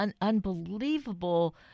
unbelievable